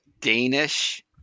Danish